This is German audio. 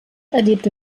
erlebte